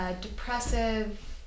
depressive